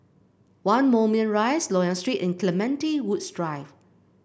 One Moulmein Rise Loyang Street and Clementi Woods Drive